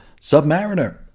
Submariner